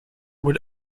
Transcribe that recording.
would